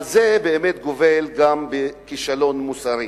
אבל זה באמת גובל גם בכישלון מוסרי.